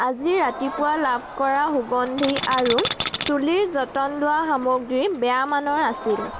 আজি ৰাতিপুৱা লাভ কৰা সুগন্ধি আৰু চুলিৰ যতন লোৱা সামগ্ৰী বেয়া মানৰ আছিল